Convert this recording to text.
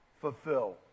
fulfill